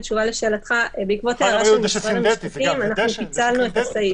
אנחנו פיצלנו את הסעיף.